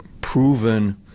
proven